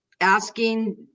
asking